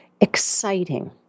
exciting